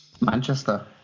Manchester